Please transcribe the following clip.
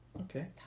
Okay